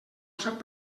sap